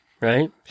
right